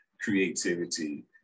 creativity